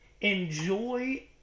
enjoy